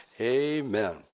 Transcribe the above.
Amen